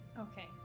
Okay